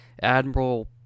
Admiral